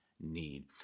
need